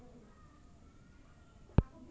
আলুর কুন বীজ গারিলে সব থাকি বেশি লাভ হবে?